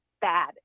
bad